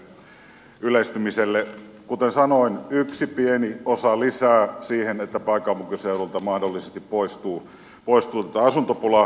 kuten sanoin tämä on yksi pieni osa lisää siihen että pääkaupunkiseudulta mahdollisesti poistuu asuntopulaa